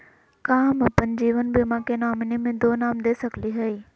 का हम अप्पन जीवन बीमा के नॉमिनी में दो नाम दे सकली हई?